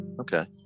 okay